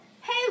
hey